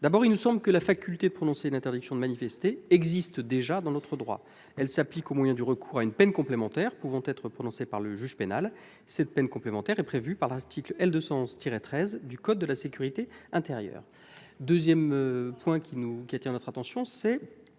point, il nous semble que la faculté de prononcer une interdiction de manifester existe déjà dans notre droit. Elle s'applique au moyen du recours à une peine complémentaire pouvant être prononcée par le juge pénal, peine complémentaire prévue par l'article L. 211-13 du code de la sécurité intérieure. Deuxième point, notre attention a été